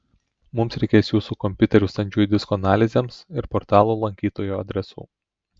mums reikės jūsų kompiuterių standžiųjų diskų analizėms ir portalo lankytojų adresų